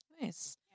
Nice